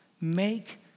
make